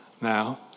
now